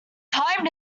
time